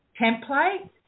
template